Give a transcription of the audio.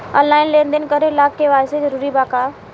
Online लेन देन करे ला के.वाइ.सी जरूरी बा का?